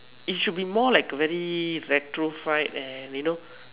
it should be more like a very retrofied and you know